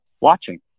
watching